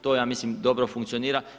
To ja mislim dobro funkcionira.